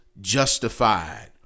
justified